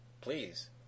please